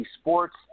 Sports